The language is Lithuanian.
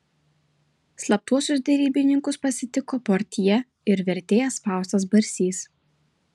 slaptuosius derybininkus pasitiko portjė ir vertėjas faustas barsys